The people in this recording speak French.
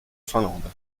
finlande